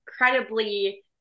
incredibly